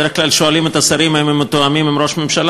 בדרך כלל שואלים את השרים אם הם מתואמים עם ראש הממשלה,